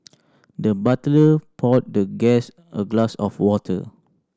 the butler poured the guest a glass of water